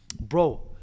Bro